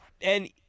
And-